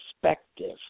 perspective